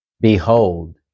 Behold